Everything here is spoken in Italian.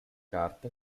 carta